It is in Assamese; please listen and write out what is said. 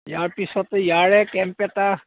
ইয়াৰ পিছত ইয়াৰে কেম্প এটা